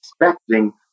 expecting